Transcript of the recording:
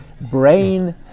brain